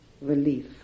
relief